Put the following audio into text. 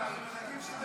אני חושבת,